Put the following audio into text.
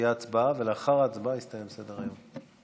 ולאחר ההצבעה יסתיים סדר-היום.